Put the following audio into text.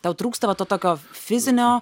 tau trūksta va to tokio fizinio